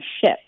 ship